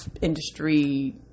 industry